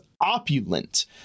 opulent